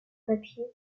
papier